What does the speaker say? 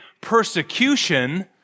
persecution